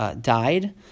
died